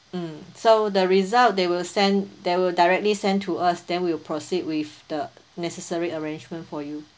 mm so the result they will send they will directly send to us then we will proceed with the necessary arrangement for you